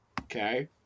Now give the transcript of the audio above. Okay